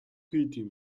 хийдийн